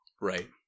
Right